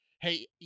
Hey